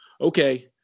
okay